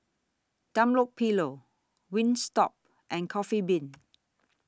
Dunlopillo Wingstop and Coffee Bean